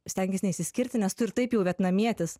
stenkis neišsiskirti nes tu ir taip jau vietnamietis